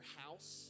house